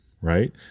right